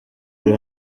uri